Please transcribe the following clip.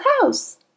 house